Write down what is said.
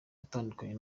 yatandukanye